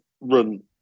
run